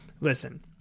Listen